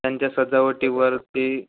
त्यांच्या सजावटीवर ते